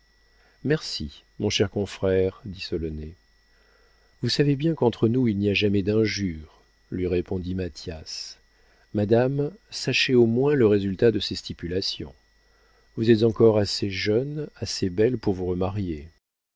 merci mon cher confrère dit solonet vous savez bien qu'entre nous il n'y a jamais d'injure lui répondit mathias madame sachez au moins le résultat de ces stipulations vous êtes encore assez jeune assez belle pour vous remarier